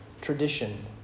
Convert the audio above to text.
tradition